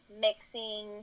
mixing